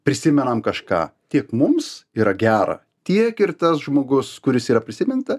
prisimenam kažką tiek mums yra gera tiek ir tas žmogus kuris yra prisiminta